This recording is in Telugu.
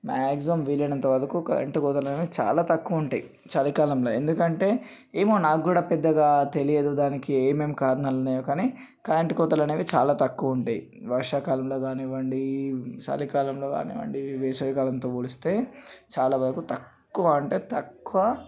మ్యాక్జిమమ్ వీలైనంత వరకు కరెంటు కోతలు అనేవి చాలా తక్కువ ఉంటాయి చలికాలంలో ఎందుకంటే ఏమో నాకు కూడా పెద్దగా తెలియదు దానికి ఏమేం కారణాలు ఉన్నాయో కానీ కరెంటు కోతలు అనేవి చాలా తక్కువ ఉంటాయి వర్షాకాలంలో కానివ్వండి చలికాలంలో కానివ్వండి వేసవికాలంతో పోలిస్తే చాలా వరకు తక్కువ అంటే తక్కువ